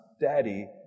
Daddy